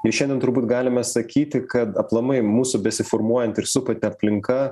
ir šiandien turbūt galime sakyti kad aplamai mūsų besiformuojant ir supati aplinka